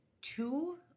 two